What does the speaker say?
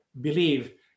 believe